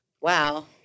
Wow